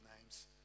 names